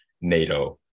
nato